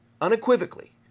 unequivocally